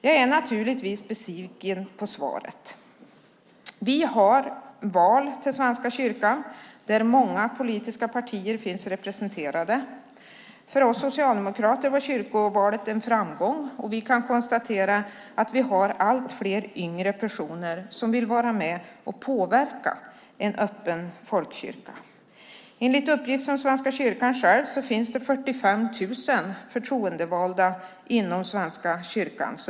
Jag är naturligtvis besviken på svaret. Vi har val till Svenska kyrkan där många politiska partier finns representerade. För oss socialdemokrater var kyrkovalet en framgång. Vi kan konstatera att vi har allt fler yngre personer som vill vara med och påverka en öppen folkkyrka. Enligt uppgift från Svenska kyrkan själv finns det 45 000 förtroendevalda inom Svenska kyrkan.